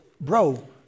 bro